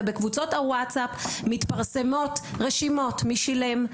ובקבוצות הוואטסאפ מתפרסמות רשימות מי שילם,